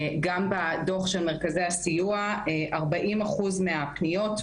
גם בדוח של מרכזי הסיוע ארבעים אחוז מהפניות,